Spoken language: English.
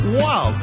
wow